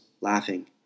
laughing